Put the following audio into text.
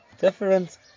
different